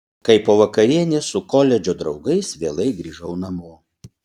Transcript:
kai po vakarienės su koledžo draugais vėlai grįžau namo